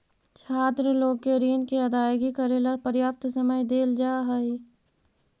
छात्र लोग के ऋण के अदायगी करेला पर्याप्त समय देल जा हई